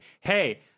Hey